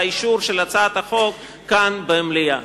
לאישור הצעת החוק כאן במליאה.